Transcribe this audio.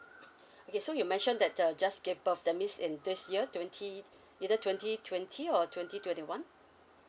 okay so you mentioned that err just gave birth that means in this year twenty either twenty twenty or twenty twenty one